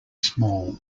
small